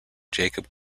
jacob